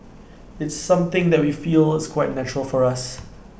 it's something that we feel is quite natural for us